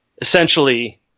essentially